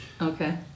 Okay